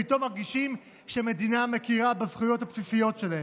פתאום מרגישים שהמדינה מכירה בזכויות הבסיסיות שלהם.